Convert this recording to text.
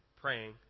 praying